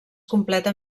completa